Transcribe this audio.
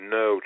no